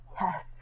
yes